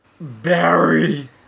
Barry